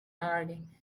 orgy